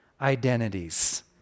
identities